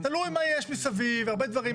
תלוי מה יש מסביב והרבה דברים.